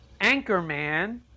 Anchorman